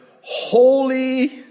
Holy